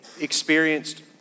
experienced